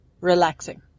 Relaxing